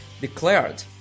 declared